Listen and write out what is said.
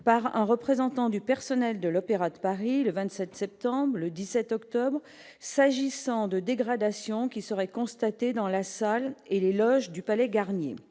par un représentant du personnel de l'Opéra de Paris, le 27 septembre le 17 octobre s'agissant de dégradations qui seraient dans la salle et les loges du Palais Garnier,